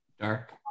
Dark